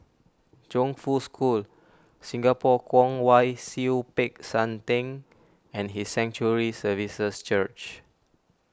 Chongfu School Singapore Kwong Wai Siew Peck San theng and His Sanctuary Services Church